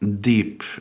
deep